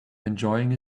enjoying